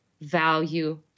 value